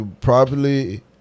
properly